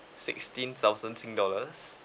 sixteen thousand sing dollars